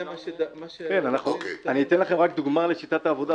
רק אתן לכם דוגמה לשיטת העבודה.